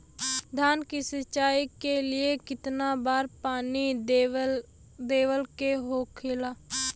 धान की सिंचाई के लिए कितना बार पानी देवल के होखेला?